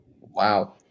Wow